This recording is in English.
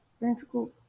ventricle